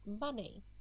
money